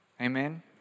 Amen